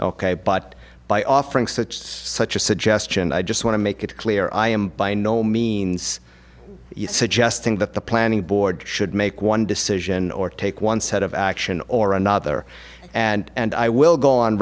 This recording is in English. ok but by offering such such a suggestion i just want to make it clear i am by no means you suggesting that the planning board should make one decision or take one set of action or another and i will go on